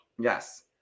Yes